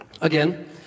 again